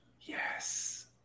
Yes